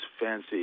fancy